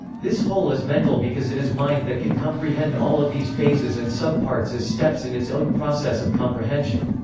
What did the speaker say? this whole is mental because it is mind that can comprehend all of these phases and sub-parts as steps in its own process of comprehension.